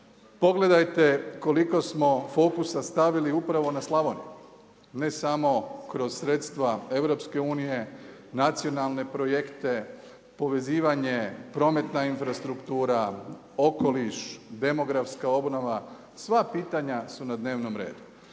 Pogledajte koliko smo fokusa stavili upravo na Slavoniju, ne samo kroz sredstva EU, nacionalne projekte povezivanje, prometna infrastruktura, okoliš, demografska obnova, sva pitanja su na dnevnom redu.